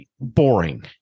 boring